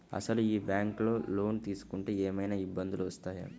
అసలు ఈ బ్యాంక్లో లోన్ తీసుకుంటే ఏమయినా ఇబ్బందులు వస్తాయా?